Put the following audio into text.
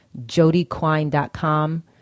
jodyquine.com